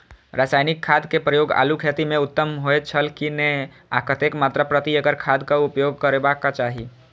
रासायनिक खाद के प्रयोग आलू खेती में उत्तम होय छल की नेय आ कतेक मात्रा प्रति एकड़ खादक उपयोग करबाक चाहि?